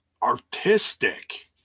artistic